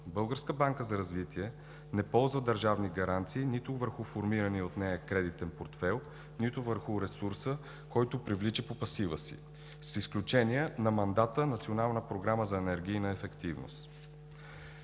Българската банка за развитие не ползва държавни гаранции нито върху формирания от нея кредитен портфейл, нито върху ресурса, който привлича по пасива си, с изключение на мандата в Национална програма за енергийна ефективност.